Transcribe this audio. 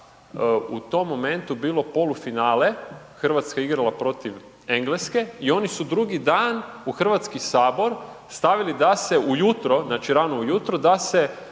u tom momentu bilo polufinale, Hrvatska je igrala protiv Engleske i oni su drugi dan u Hrvatski sabor stavili da se ujutro, znači rano ujutro da se